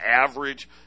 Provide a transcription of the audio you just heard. average